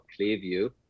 Clearview